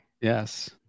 yes